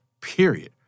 Period